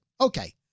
Okay